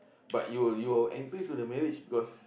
but you're you're entering into the marriage because